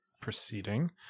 proceeding